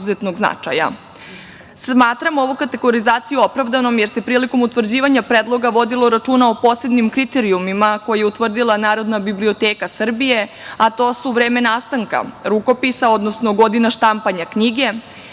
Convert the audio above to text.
značaja. Smatram ovu kategorizaciju opravdanom, jer se prilikom utvrđivanja predloga vodilo računa o posebnim kriterijumima koje je utvrdila Narodna biblioteka Srbije, a to su: vreme nastanka rukopisa, odnosno godina štampanja knjige,